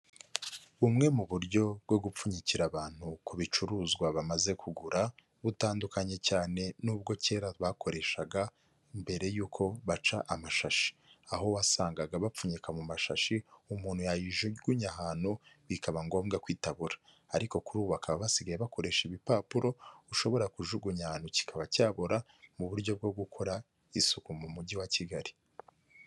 Bumwe mu buryo bwo gupfunyikira abantu ku bicuruzwa bamaze kugura, butandukanye cyane n'ubwo kera bakoreshaga mbere y'uko baca amashashi, aho wasangaga bapfunyika mu mashashi, umuntu yayijugunya ahantu bikaba ngombwa ko itabora ariko kuri ubu bakaba basigaye bakoresha ibipapuro ushobora kujugunya ahantu kikaba cyabora mu buryo bwo gukora isuku mu mujyi wa Kigali.